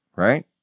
Right